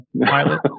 pilot